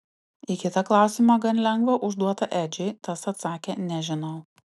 į kitą klausimą gan lengvą užduotą edžiui tas atsakė nežinau